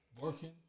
Working